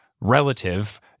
relative